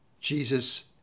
Jesus